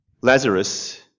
Lazarus